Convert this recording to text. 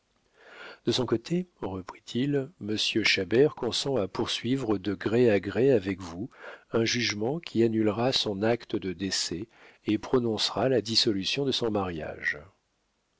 de son côté reprit-il monsieur chabert consent à poursuivre de gré à gré avec vous un jugement qui annulera son acte de décès et prononcera la dissolution de son mariage